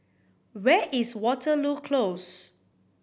where is Waterloo Close